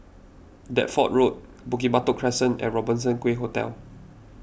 Deptford Road Bukit Batok Crescent and Robertson Quay Hotel